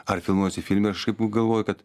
ar filmuojuosi filme aš kažkaip galvoju kad